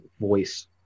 voice